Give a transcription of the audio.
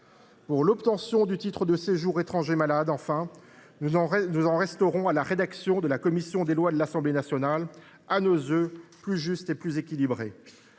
pour l’obtention du titre de séjour « étranger malade », nous en resterons à la rédaction de la commission des lois de l’Assemblée nationale, plus juste et plus équilibrée